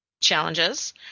challenges